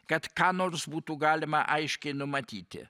kad ką nors būtų galima aiškiai numatyti